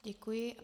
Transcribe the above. Děkuji.